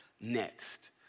next